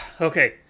Okay